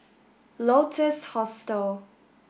Lotus Hostel